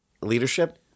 leadership